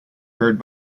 heard